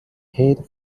kit